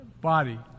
body